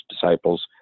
disciples